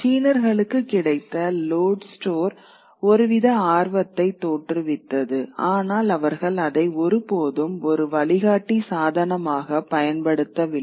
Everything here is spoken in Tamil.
சீனர்களுக்குக் கிடைத்த லோடு ஸ்டோர் ஒருவித ஆர்வத்தைத் தோற்றுவித்தது ஆனால் அவர்கள் அதை ஒருபோதும் ஒரு வழிகாட்டி சாதனமாகப் பயன்படுத்தவில்லை